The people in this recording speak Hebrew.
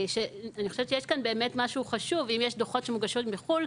אם יש דו"חות שמוגשים מחו"ל,